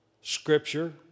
Scripture